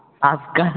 आपका